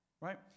right